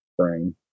spring